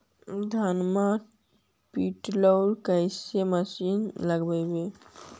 धनमा पिटेला कौन मशीन लैबै?